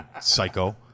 psycho